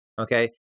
Okay